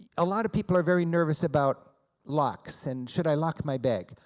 a lot of people are very nervous about locks and, should i lock my bag?